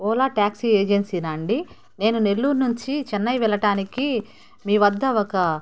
Ola taxi ఏజెన్సీనా అండి నేను నెల్లూరు నుంచి చెన్నై వెళ్ళటానికి మీ వద్ద ఒక